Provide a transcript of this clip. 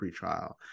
pretrial